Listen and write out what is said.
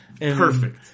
perfect